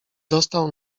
dostał